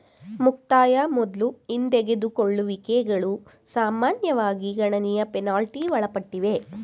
ಮುಕ್ತಾಯ ಮೊದ್ಲು ಹಿಂದೆಗೆದುಕೊಳ್ಳುವಿಕೆಗಳು ಸಾಮಾನ್ಯವಾಗಿ ಗಣನೀಯ ಪೆನಾಲ್ಟಿ ಒಳಪಟ್ಟಿವೆ